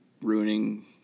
ruining